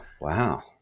Wow